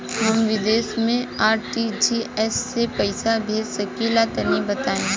हम विदेस मे आर.टी.जी.एस से पईसा भेज सकिला तनि बताई?